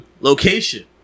Location